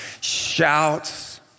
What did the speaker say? shouts